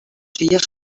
filles